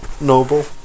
noble